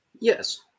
Yes